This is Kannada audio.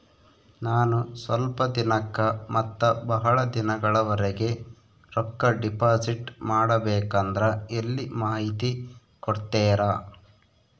ನಾನು ಸ್ವಲ್ಪ ದಿನಕ್ಕ ಮತ್ತ ಬಹಳ ದಿನಗಳವರೆಗೆ ರೊಕ್ಕ ಡಿಪಾಸಿಟ್ ಮಾಡಬೇಕಂದ್ರ ಎಲ್ಲಿ ಮಾಹಿತಿ ಕೊಡ್ತೇರಾ?